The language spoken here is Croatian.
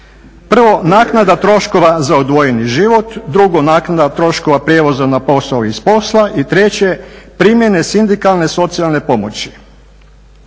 Prvo, naknada troškova za odvojeni život, drugo, naknada troškova prijevoza na posao i s posla, i treće, primjene sindikalne socijalne pomoći.